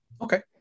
Okay